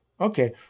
Okay